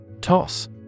Toss